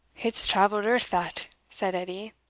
it's travell'd earth that, said edie,